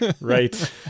right